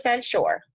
sure